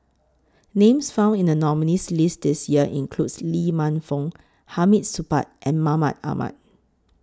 Names found in The nominees' list This Year includes Lee Man Fong Hamid Supaat and Mahmud Ahmad